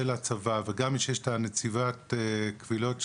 הצבא וגם יש את נציבת קבילות החיילים,